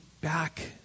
back